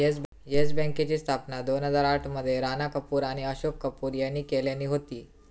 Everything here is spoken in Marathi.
येस बँकेची स्थापना दोन हजार आठ मध्ये राणा कपूर आणि अशोक कपूर यांनी केल्यानी होती